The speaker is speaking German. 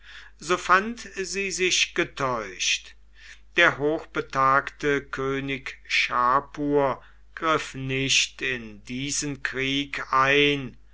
so fand sie sich getäuscht der hochbetagte könig schapur griff nicht in diesen krieg ein